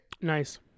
Nice